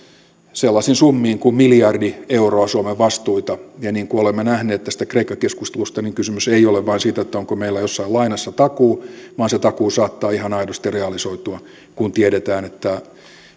sellaisiin summiin kuin miljardi euroa suomen vastuita ja niin kuin olemme nähneet tästä kreikka keskustelusta kysymys ei ole vain siitä onko meillä jossain lainassa takuu vaan se takuu saattaa ihan aidosti realisoitua kun tiedetään että